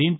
దీంతో